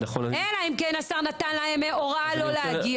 אלא אם כן השר נתן להם הוראה לא להגיע.